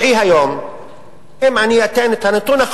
האיכות היא אחרת,